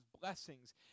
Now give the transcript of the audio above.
blessings